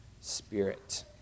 spirit